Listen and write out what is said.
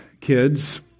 kids